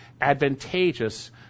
advantageous